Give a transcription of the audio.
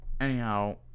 anyhow